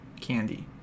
candy